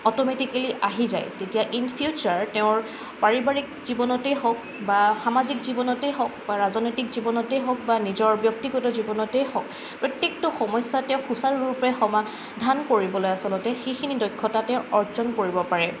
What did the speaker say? automatically আহি যায় তেতিয়া ইন ফিউচাৰ তেওঁৰ পাৰিবাৰিক জীৱনতে হওক বা সামাজিক জীৱনতে হওক বা ৰাজনৈতিক জীৱনতে হওক বা নিজৰ ব্যক্তিগত জীৱনতেই হওক প্ৰত্যেকটো সমস্যা তেওঁ সুচাৰুৰূপে সমাধান কৰিবলৈ আচলতে সেইখিনি দক্ষতা তেওঁ অৰ্জন কৰিব পাৰে